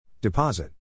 Deposit